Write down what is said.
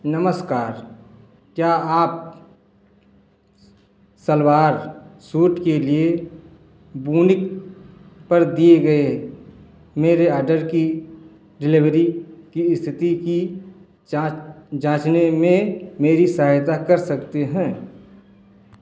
नमस्कार क्या आप सलवार सूट के लिए वूनिक पर दिए गए मेरे ऑर्डर की डिलीवरी की स्थिति की जांचने में मेरी सहायता कर सकते हैं